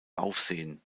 aufsehen